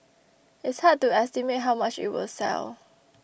it's hard to estimate how much it will sell